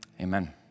Amen